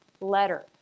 letter